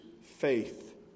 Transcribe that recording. faith